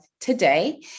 today